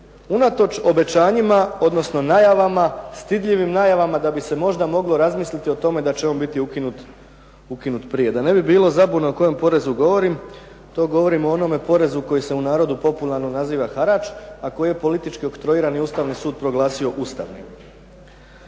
unatoč obećanjima odnosno najavama, stidljivim najavama da bi se možda moglo razmisliti o tome da će on biti ukinut prije. Da ne bi bilo zabune o kojem porezu govorim, to govorim o onome porezu koji se u narodu popularno naziva harač a koji je politički oktroiran i Ustavni sud ga je proglasio ustavnim.